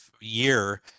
year